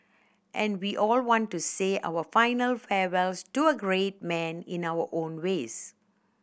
and we all want to say our final farewells to a great man in our own ways